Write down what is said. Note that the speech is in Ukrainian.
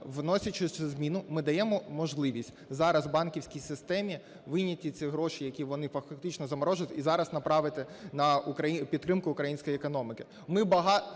вносячи цю зміну, ми даємо можливість зараз банківській системі вийняти ці гроші, які вони фактично заморожують, і зараз направити на підтримку української економіки.